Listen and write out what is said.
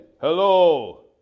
hello